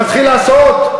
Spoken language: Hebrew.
להתחיל לעשות,